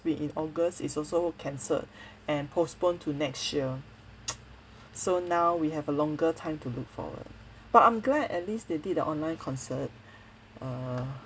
to be in august is also cancelled and postponed to next year so now we have a longer time to look forward but I'm glad at least they did a online concert err